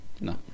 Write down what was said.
No